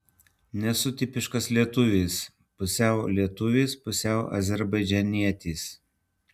nesu tipiškas lietuvis pusiau lietuvis pusiau azerbaidžanietis